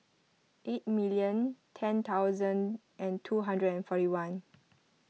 eight million ten thousand and two hundred and forty one